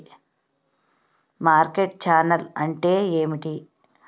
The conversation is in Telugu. మార్కెట్ ఛానల్ అంటే ఏమిటి?